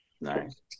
Nice